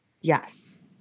Yes